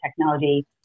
technology